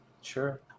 Sure